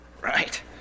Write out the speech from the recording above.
right